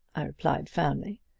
i replied firmly.